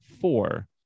four